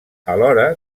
alhora